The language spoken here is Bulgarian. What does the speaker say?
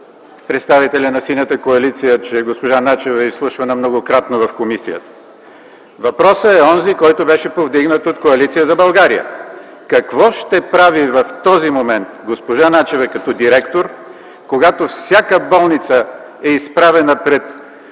представителя на Синята коалиция, че госпожа Начева е изслушвана многократно в комисията. Въпросът е онзи, който беше повдигнат от Коалиция за България: какво ще прави в този момент госпожа Начева като директор, когато всяка болница е изправена пред